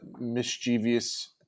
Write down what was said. mischievous